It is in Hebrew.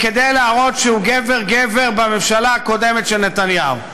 כדי להראות שהוא גבר-גבר בממשלה הקודמת של נתניהו.